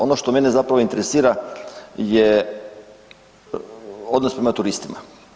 Ono što mene zapravo interesira je odnos prema turistima.